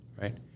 right